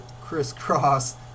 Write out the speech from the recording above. Crisscross